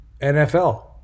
NFL